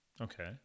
Okay